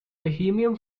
bohemian